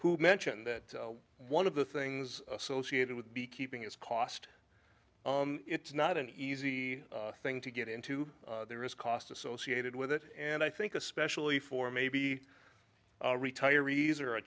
mentioned that one of the things associated with beekeeping is cost it's not an easy thing to get into there is a cost associated with it and i think especially for maybe retirees or a